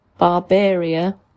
Barbaria